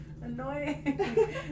annoying